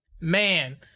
man